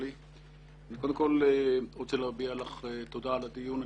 אני רוצה להודות לך עבור קיום הדיון.